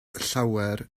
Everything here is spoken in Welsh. llawer